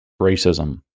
racism